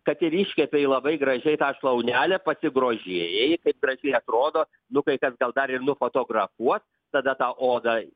kad ir iškepei labai gražiai tą šlaunelę pasigrožėjai kaip gražiai atrodo nu kai kas gal dar ir nufotografuos tada tą odą